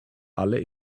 alle